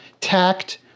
Tact